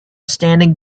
standing